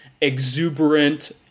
exuberant